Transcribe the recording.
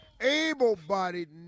able-bodied